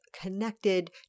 connected